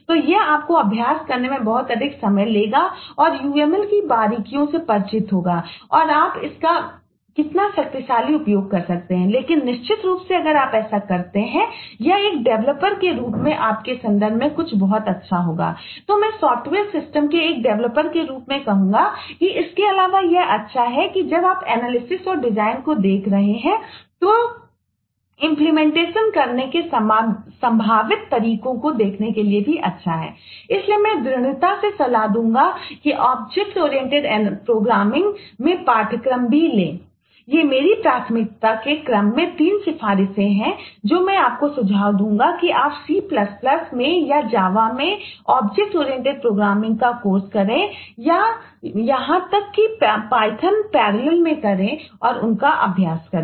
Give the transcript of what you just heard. तो यह आपको अभ्यास करने में बहुत अधिक समय लेगा और uml की बारीकियों से परिचित होगा और आप इसका कितना शक्तिशाली उपयोग कर सकते हैं लेकिन निश्चित रूप से अगर आप ऐसा करते हैं कि यह एक डेवलपर पैरेलल में करें और उनका अभ्यास करें